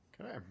okay